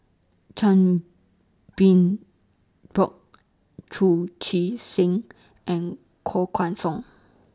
Chan Bin Bock Chu Chee Seng and Koh Guan Song